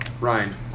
Ryan